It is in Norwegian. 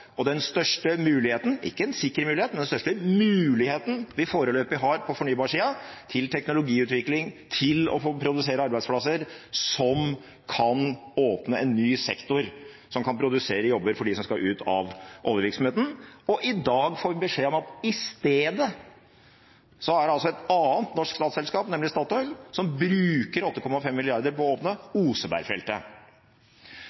og den største muligheten – ikke en sikker mulighet, men den største muligheten – vi foreløpig har på fornybarsiden til teknologiutvikling og til å produsere arbeidsplasser, som kan åpne en ny sektor som kan produsere jobber for dem som skal ut av oljevirksomheten. Og i dag får vi beskjed om at i stedet skal et annet norsk statsselskap, nemlig Statoil, bruke 8,5 mrd. kr på å åpne Osebergfeltet.